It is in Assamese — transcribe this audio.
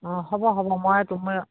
অঁ হ'ব হ'ব মই তোমাৰ